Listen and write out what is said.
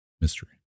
Mystery